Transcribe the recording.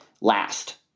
last